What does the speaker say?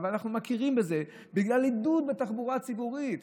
אבל אנחנו מכירים בזה בגלל עידוד התחבורה הציבורית.